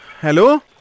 Hello